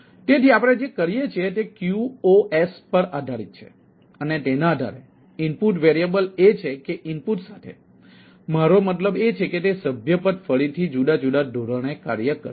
તેથી આપણે જે કરીએ છીએ તે QoS પર આધારિત છે અને તેના આધારે ઇનપુટ વેરિયેબલ એ છે કે ઇનપુટ સાથે મારો મતલબ એ છે કે તે સભ્યપદ ફરીથી જુદા જુદા ધોરણે કાર્ય કરે છે